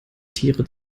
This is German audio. tiere